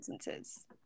sentences